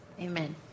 Amen